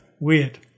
Weird